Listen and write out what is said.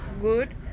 good